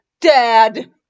Dad